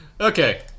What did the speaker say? Okay